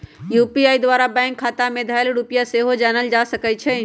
UPI द्वारा bank खता में धएल रुपइया सेहो जानल जा सकइ छै